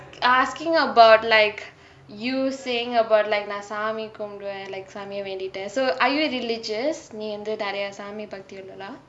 ask asking about like you saying about like நா சாமி கும்டுவே:naa saami kumduvae like சாமியே வேண்டிட்டே:saamiyae vaendittae so are you religious நீ வந்து நிறையா சாமி பக்தி உள்ளவளா:nee vanthu niraiya saami bakti ullavalaa